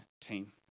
team